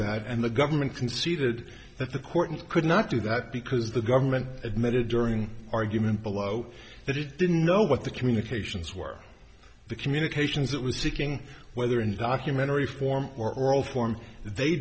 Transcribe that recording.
that and the government conceded that the court could not do that because the government admitted during argument below that it didn't know what the communications were the communications that was ticking whether in documentary form or oral form they